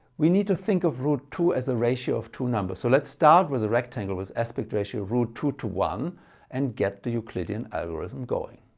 we need to think of root two as a ratio of two numbers, so let's start with a rectangle with aspect ratio root two to one and get the euclidean algorithm going.